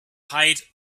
height